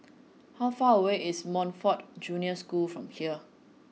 how far away is Montfort Junior School from here